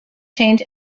change